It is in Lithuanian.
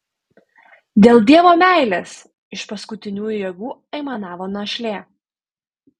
dėl dievo meilės iš paskutinių jėgų aimanavo našlė